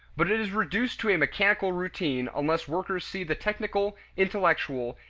but it is reduced to a mechanical routine unless workers see the technical, intellectual,